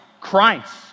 Christ